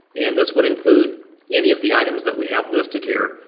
and this would include any of the items that we have listed here.